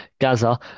Gaza